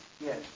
Yes